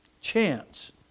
chance